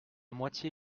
moitié